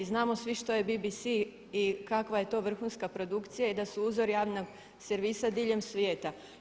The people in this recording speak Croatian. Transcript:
Znamo svi što je BBC i kakva je to vrhunska produkcija i da su uzori javnog servisa diljem svijeta.